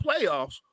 playoffs